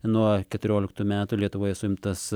nuo keturioliktų metų lietuvoje suimtas